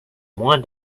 moins